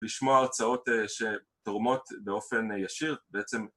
לשמוע הרצאות שתורמות באופן ישיר בעצם